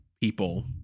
people